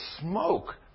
smoke